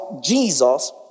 Jesus